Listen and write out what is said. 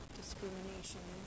discrimination